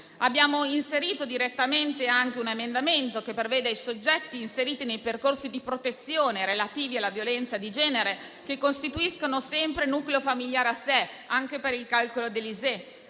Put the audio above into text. Abbiamo approvato un emendamento che prevede che i soggetti inseriti nei percorsi di protezione relativi alla violenza di genere costituiscano sempre un nucleo familiare a sé, anche per il calcolo dell'ISEE.